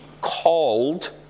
called